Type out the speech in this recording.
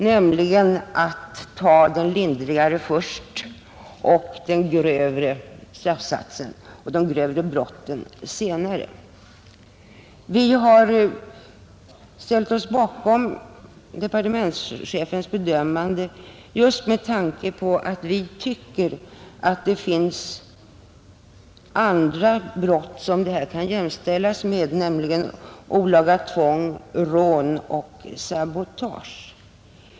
Där sätts den lindrigare straffsatsen först och den grövre straffsatsen och de grövre brotten senare. Vi har ställt oss bakom departementschefens bedömande just därför att vi tycker att det finns andra brott som det här kan jämställas med, nämligen olaga tvång, rån och sabotage.